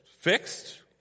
fixed